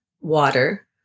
water